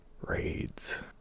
Raids